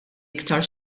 aktar